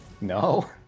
no